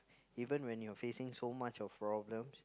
even when you're facing so much of problems